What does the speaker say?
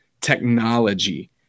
technology